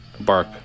Bark